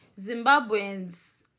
Zimbabweans